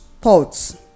thoughts